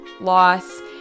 loss